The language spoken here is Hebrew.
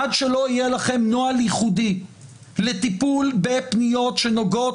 עד שלא יהיה לכם נוהל ייחודי לטיפול בפניות שנוגעות